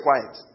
quiet